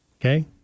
Okay